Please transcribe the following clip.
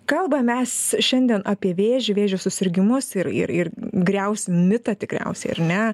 kalbam mes šiandien apie vėžį vėžio susirgimus ir ir ir griausim mitą tikriausiai ar ne